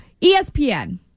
ESPN